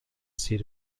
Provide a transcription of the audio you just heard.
seat